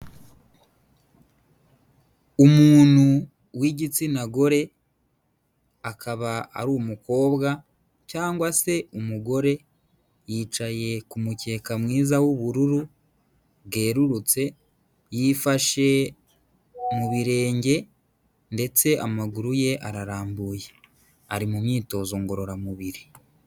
Umuntu w'igitsina gore, akaba ari umukobwa cyangwa se umugore, yicaye ku mukeka mwiza w'ubururu bwerurutse, yifashe mu birenge ndetse amaguru ye ararambuye, ari mu myitozo ngororamubiri.